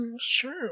sure